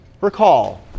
Recall